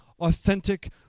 authentic